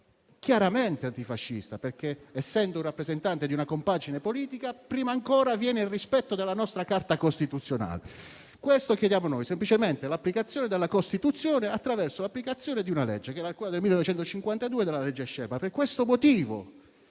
chiaramente antifascista perché, essendo un rappresentante di una compagine politica, prima ancora viene il rispetto della nostra Carta costituzionale. È questo che chiediamo: semplicemente l'applicazione della Costituzione attraverso l'applicazione della legge Scelba. Per questo motivo